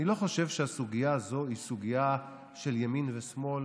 אני לא חושב שהסוגיה הזו היא סוגיה של ימין ושמאל